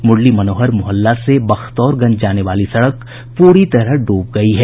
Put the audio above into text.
मुरली मनोहर मोहल्ला से बख्तौरगंज जाने वाली सड़क पूरी तरह डूब गयी है